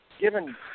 given